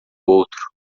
outro